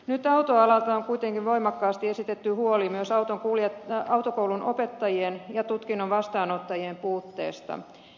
nyt autoalalta on kuitenkin voimakkaasti esitetty huoli myös autokoulunopettajien ja tutkinnon vastaanottajien puutteesta